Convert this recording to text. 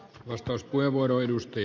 arvoisa puhemies